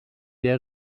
der